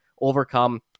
overcome